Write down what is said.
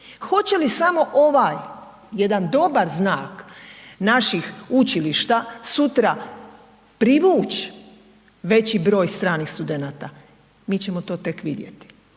Hoće li samo ovaj jedna dobar znak naših učilišta sutra privuć veći broj stranih studenata mi ćemo to tek vidjeti,